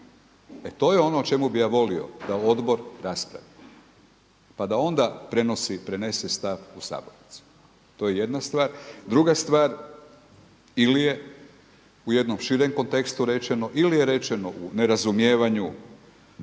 E, to je ono o čemu bi ja volio da Odbor raspravi, pa da onda prenese stav u sabornici. To je jedna stvar. Druga stvar ili je u jednom širem kontekstu rečeno ili je rečeno u nerazumijevanju